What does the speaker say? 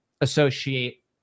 associate